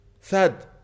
sad